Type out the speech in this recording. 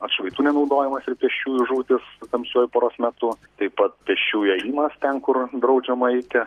atšvaitų nenaudojimas ir pėsčiųjų žūtys tamsiuoju paros metu taip pat pėsčiųjų ėjimas ten kur draudžiama eiti